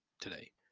today